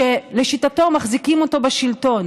שלשיטתו מחזיקים אותו בשלטון.